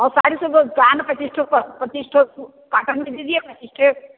और साड़ी सब को पच्चीस पच्चीस ठो पचीस ठो काटन में दीजिए पच्चीस ठो